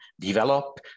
develop